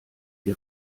sie